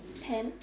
pen